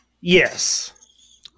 Yes